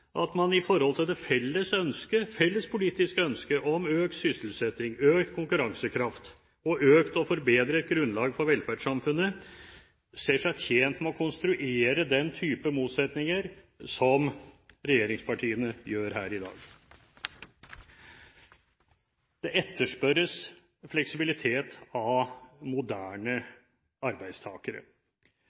at man i forhold til det felles politiske ønsket om økt sysselsetting, økt konkurransekraft og økt og forbedret grunnlag for velferdssamfunnet ser seg tjent med å konstruere den type motsetninger som regjeringspartiene gjør her i dag. Det etterspørres fleksibilitet av moderne arbeidstakere.